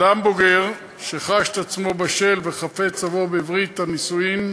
אדם בוגר שחש את עצמו בשל וחפץ לבוא בברית הנישואין,